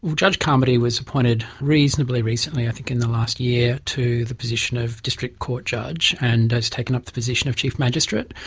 judge carmody was appointed reasonably recently, i think in the last year, to the position of district court judge, and has taken up the position of chief magistrate.